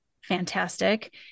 fantastic